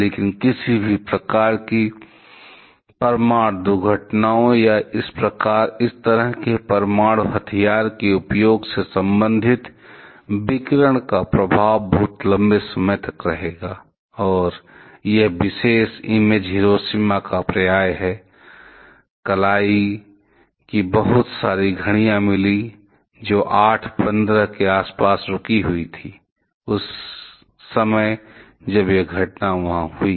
लेकिन किसी भी प्रकार की परमाणु दुर्घटनाओं या इस तरह के परमाणु हथियार के उपयोग से संबंधित विकिरण का प्रभाव बहुत लंबे समय तक रहेगा और यह विशेष इमेज हिरोशिमा का पर्याय है कलाई की बहुत सारी घड़ियाँ मिलीं जो 815 के आसपास रुक गई थीं उस समय जब यह घटना वहाँ हुई